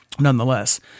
nonetheless